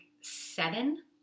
seven